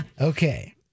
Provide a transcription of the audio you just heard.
Okay